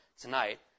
tonight